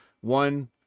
one